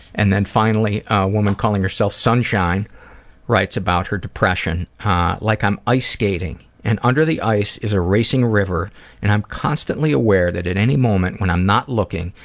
and then finally, a woman calling herself sunshine writes about her depression like i'm ice skating and under the ice is a racing river and i'm constantly aware that at any moment, when i'm not looking,